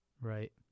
Right